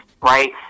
right